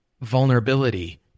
vulnerability